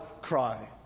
cry